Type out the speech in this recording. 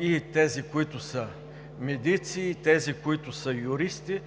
и тези, които са медици, и тези, които са юристи,